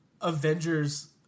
Avengers